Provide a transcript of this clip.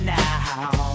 now